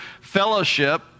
fellowship